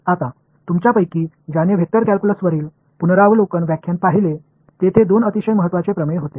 आता तुमच्यापैकी ज्याने वेक्टर कॅल्क्युलसवरील पुनरावलोकन व्याख्यान पाहिले तेथे दोन अतिशय महत्त्वाचे प्रमेय होते